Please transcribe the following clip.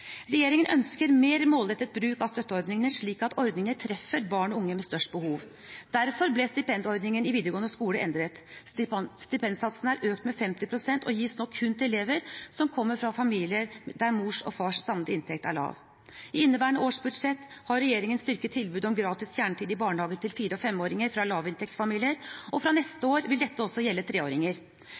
Regjeringen ønsker mer målrettet bruk av støtteordningene slik at ordningene treffer barn og unge med størst behov. Derfor ble stipendordningen i videregående skole endret; stipendsatsen er økt med 50 pst. og gis nå kun til elever som kommer fra familier der mors og fars samlede inntekt er lav. I inneværende års budsjett har regjeringen styrket tilbudet om gratis kjernetid i barnehage til fire- og femåringer fra lavinntektsfamilier, og fra neste år vil dette også gjelde treåringer.